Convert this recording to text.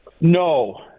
no